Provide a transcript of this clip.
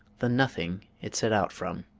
the nothing it set out from